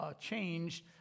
changed